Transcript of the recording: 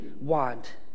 want